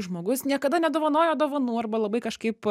žmogus niekada nedovanojo dovanų arba labai kažkaip